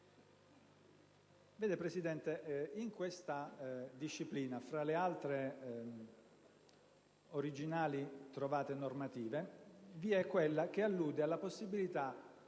Vede, Presidente, in questa disciplina, fra le altre originali trovate normative vi è quella che allude alla possibilità